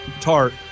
tart